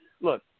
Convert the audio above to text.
Look